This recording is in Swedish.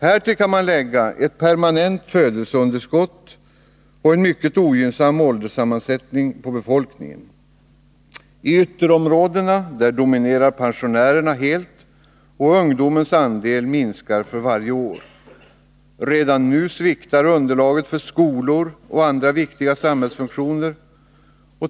Härtill kan man lägga ett permanent födelseunderskott och en mycket ogynnsam ålderssammansättning när det gäller befolkningen. I ytterområdena dominerar pensionärerna helt, och ungdomens andel minskar för varje år. Redan nu sviktar underlaget för skolor och andra viktiga samhällsfunktioner.